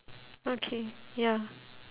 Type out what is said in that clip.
okay ya